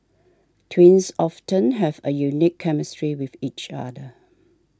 twins often have a unique chemistry with each other